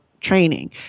training